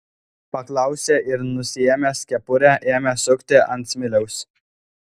paklausė ir nusiėmęs kepurę ėmė sukti ant smiliaus